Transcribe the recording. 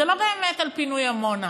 זה לא באמת על פינוי עמונה